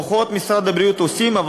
דוחות משרד הבריאות עושים,